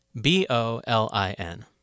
B-O-L-I-N